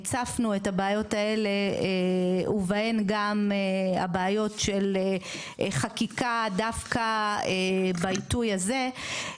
הצפנו את הבעיות האלה ובהן גם הבעיות של חקיקה דווקא בעיתוי הזה,